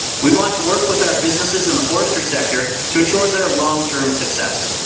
we want to work with our businesses in the forestry sector to ensure their long-term success.